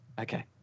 Okay